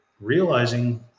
realizing